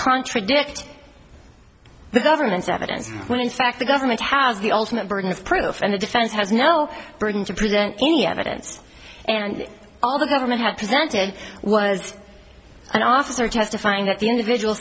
contradict it the government's evidence when in fact the government has the ultimate burden of proof and the defense has no burden to present any evidence and all the government has presented was an officer testifying that the individual